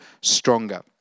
stronger